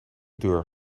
deur